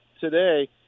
today